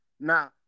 Now